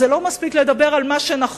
אז לא מספיק לדבר על מה שנכון,